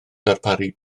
darparu